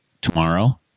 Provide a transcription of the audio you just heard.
tomorrow